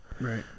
Right